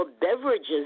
beverages